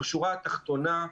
בשורה התחתונה,